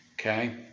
okay